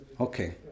Okay